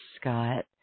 Scott